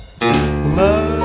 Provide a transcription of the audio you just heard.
love